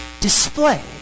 display